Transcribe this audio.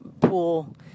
pool